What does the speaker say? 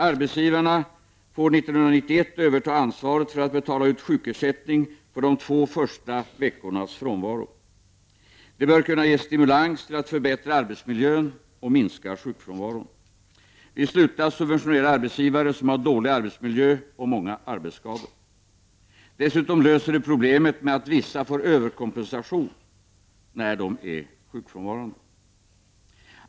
Arbetsgivarna får år 1991 överta ansvaret för att betala ut sjukersättning för de två första veckornas frånvaro. Det bör kunna ge stimulans till en förbättring av arbetsmiljön och en minskning av sjukfrånvaron. Vi slutar att subventionera arbetsgivare som har dålig arbetsmiljö och många arbetsskadade. Dessutom löser det problemet med att vissa får överkompensation när de är sjukfrånvarande.